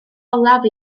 olaf